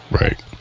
right